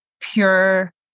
pure